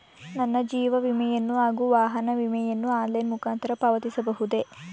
ನನ್ನ ಜೀವ ವಿಮೆಯನ್ನು ಹಾಗೂ ವಾಹನ ವಿಮೆಯನ್ನು ಆನ್ಲೈನ್ ಮುಖಾಂತರ ಪಾವತಿಸಬಹುದೇ?